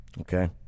Okay